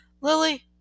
Lily